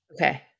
Okay